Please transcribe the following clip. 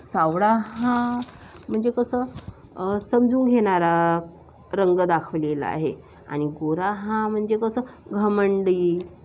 सावळा हा म्हणजे कसं समजून घेणारा रंग दाखवलेला आहे आणि गोरा हा म्हणजे कसं घमंडी